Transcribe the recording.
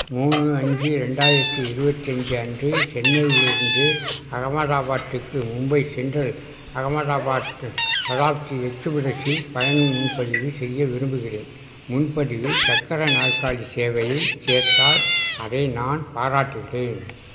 மூணு அஞ்சு ரெண்டாயிரத்தி இருபத்தஞ்சி அன்று சென்னையிலிருந்து அகமதாபாத்துக்கு மும்பை சென்ட்ரல் அகமதாபாத்து சதாப்தி எக்ஸுபிரஸில் பயணம் முன்பதிவு செய்ய விரும்புகின்றேன் முன்பதிவில் சக்கர நாற்காலி சேவையைச் சேர்த்தால் அதை நான் பாராட்டுகின்றேன்